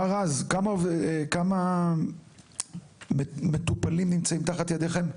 מר רז, כמה מטופלים נמצאים תחת ידיכם?